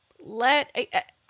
let